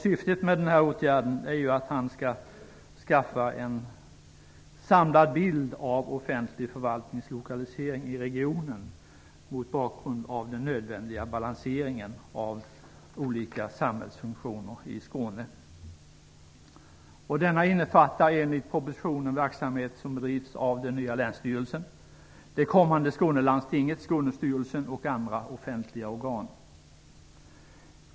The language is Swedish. Syftet med denna åtgärd är att han skall ge en samlad bild av offentlig förvaltnings lokalisering i regionen mot bakgrund av den nödvändiga balanseringen av olika samhällsfunktioner i Skåne. Detta innefattar enligt propositionen verksamhet som bedrivs av den nya länsstyrelsen, det kommande Skånelandstinget, Skånestyrelsen och andra offentliga organ.